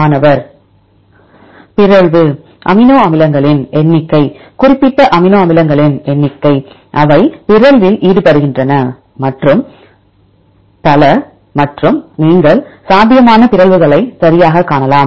மாணவர் பிறழ்வு அமினோ அமிலங்களின் எண்ணிக்கை குறிப்பிட்ட அமினோ அமிலங்களின் எண்ணிக்கை அவை பிறழ்வில் ஈடுபடுகின்றன மற்றும் பல மற்றும் நீங்கள் சாத்தியமான பிறழ்வுகளை சரியாகக் காணலாம்